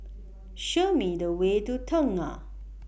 Show Me The Way to Tengah